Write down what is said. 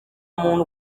muntu